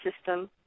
system